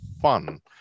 fun